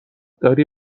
داری